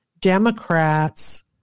Democrats